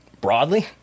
broadly